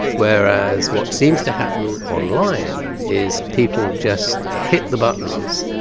whereas what seems to happen online is people just hit the buttons,